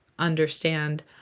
understand